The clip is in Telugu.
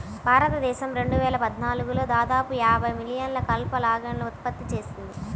భారతదేశం రెండు వేల పద్నాలుగులో దాదాపు యాభై మిలియన్ల కలప లాగ్లను ఉత్పత్తి చేసింది